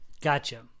Gotcha